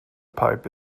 pipe